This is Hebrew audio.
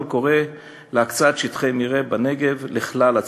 קורא להקצאת שטחי מרעה בנגב לכלל הציבור.